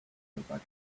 about